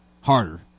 harder